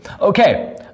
Okay